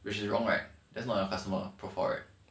which is wrong right that's not your customer profile right